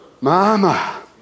Mama